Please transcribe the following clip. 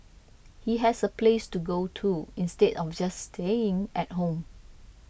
he has a place to go to instead of just staying at home